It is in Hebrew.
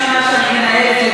שפוגע במדינת ישראל,